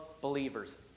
believers